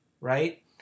right